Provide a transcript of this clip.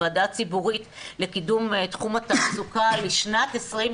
הוועדה הציבורית לקידום תחום התעסוקה לשנת 2030